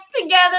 together